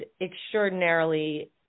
extraordinarily